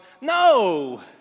No